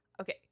Okay